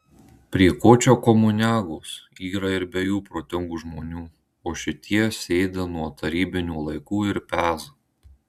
prie ko čia komuniagos yra ir be jų protingų žmonių o šitie sėdi nuo tarybinių laikų ir peza